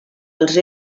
els